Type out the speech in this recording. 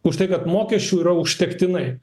už tai kad mokesčių yra užtektinai